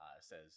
says